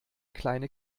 kleine